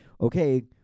okay